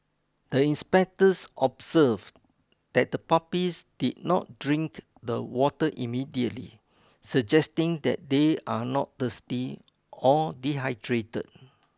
the inspectors observed that the puppies did not drink the water immediately suggesting that they are not thirsty or dehydrated